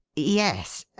yes.